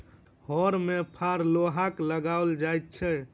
हर मे फार लोहाक लगाओल जाइत छै